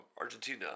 Argentina